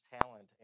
talent